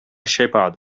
shepherd